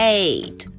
eight